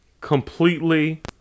Completely